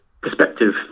perspective